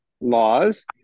laws